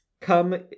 Come